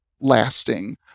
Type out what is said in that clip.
lasting